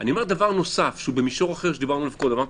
אני אומר דבר נוסף שהוא במישור אחר שדיברנו עליו קודם - אמרת,